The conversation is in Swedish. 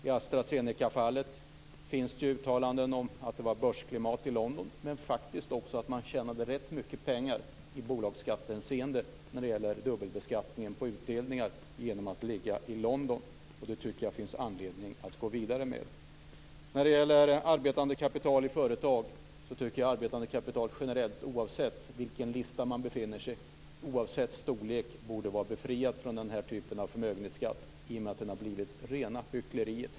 i Astra Zeneca-fallet finns uttalanden om att det berodde på börsklimatet i London men faktiskt också att man tjänade rätt mycket pengar i bolagsskattshänseende när det gäller dubbelbeskattning på utdelningar genom att huvudkontoret ligger i London. Det tycker jag att det finns anledning att gå vidare med. När det gäller arbetande kapital i företag tycker jag att arbetande kapital generellt oavsett vilken lista företaget befinner sig på och oavsett storlek borde vara befriat från den typen av förmögenhetsskatt i och med att den har blivit rena hyckleriet.